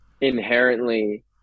inherently